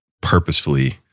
purposefully